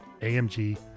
AMG